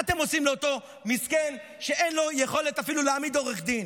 מה אתם עושים לאותו מסכן שאין לו יכולת אפילו להעמיד עורך דין?